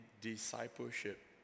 discipleship